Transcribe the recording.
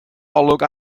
olwg